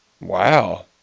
Wow